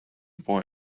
boy